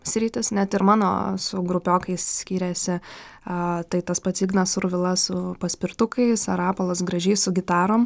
sritys net ir mano su grupiokais skyrėsi a tai tas pats ignas survila su paspirtukais ar rapolas gražys su gitarom